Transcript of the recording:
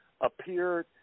appeared –